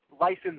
license